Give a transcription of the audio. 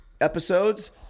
episodes